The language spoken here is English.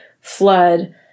flood